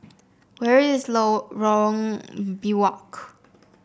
where is Lorong Biawak